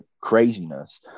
craziness